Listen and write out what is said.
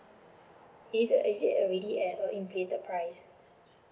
is it is it already at err inflated price